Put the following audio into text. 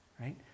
right